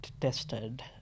tested